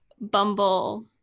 Bumble